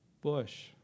bush